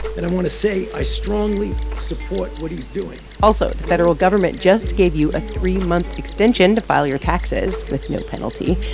and i want to say i strongly support what he's doing also the federal government just gave you a three-month extension to file your taxes with no penalty.